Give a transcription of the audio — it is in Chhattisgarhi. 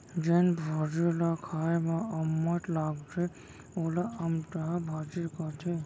जेन भाजी ल खाए म अम्मठ लागथे वोला अमटहा भाजी कथें